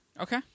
Okay